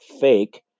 fake